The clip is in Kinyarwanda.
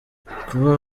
kuba